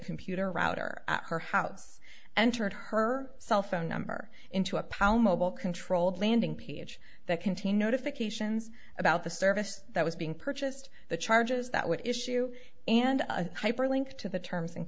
computer router at her house entered her cell phone number into a pound mobile controlled landing page that contain notifications about the service that was being purchased the charges that would issue and a hyperlink to the terms and